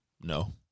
no